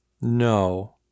No